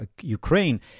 Ukraine